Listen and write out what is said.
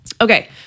Okay